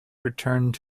returned